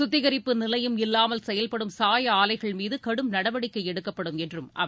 சுத்திகிப்பு நிலையம் இல்லாமல் செயல்படும் சாய ஆலைகள் மீது கடும் நடவடிக்கை எடுக்கப்படும் என்றும் அவர் எச்சரித்தார்